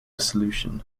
solution